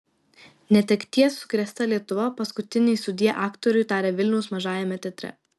netekties sukrėsta lietuva paskutinį sudie aktoriui tarė vilniaus mažajame teatre